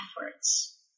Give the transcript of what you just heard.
efforts